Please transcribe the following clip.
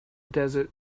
desert